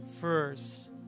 first